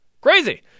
Crazy